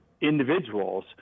individuals